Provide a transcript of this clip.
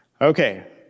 Okay